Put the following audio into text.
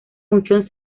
función